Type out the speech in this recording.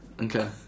Okay